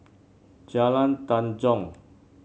Jalan Tanjong